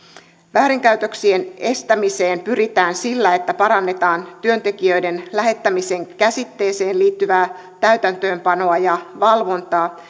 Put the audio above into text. väärinkäytöksien estämiseen pyritään sillä että parannetaan työntekijöiden lähettämisen käsitteeseen liittyvää täytäntöönpanoa ja valvontaa